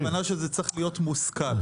זה צריך להיות מושכל.